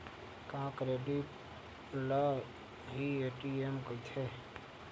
का क्रेडिट ल हि ए.टी.एम कहिथे?